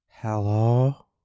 Hello